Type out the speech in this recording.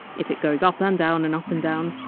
if it goes up and down and up and down,